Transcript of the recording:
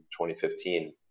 2015